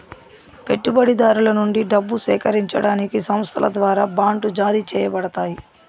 పెట్టుబడిదారుల నుండి డబ్బు సేకరించడానికి సంస్థల ద్వారా బాండ్లు జారీ చేయబడతాయి